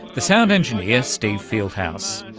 the sound engineer steve fieldhouse.